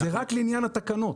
זה רק לעניין התקנות.